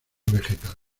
vegetal